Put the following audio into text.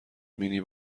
مینی